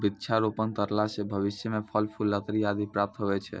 वृक्षारोपण करला से भविष्य मे फल, फूल, लकड़ी आदि प्राप्त हुवै छै